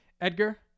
Edgar